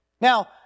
Now